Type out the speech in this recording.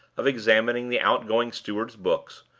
of examining the outgoing steward's books,